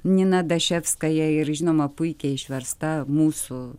nina daševskaja ir žinoma puikiai išversta mūsų